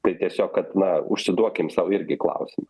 tai tiesiog kad na užsiduokim sau irgi klausimą